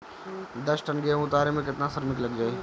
दस टन गेहूं उतारे में केतना श्रमिक लग जाई?